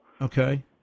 Okay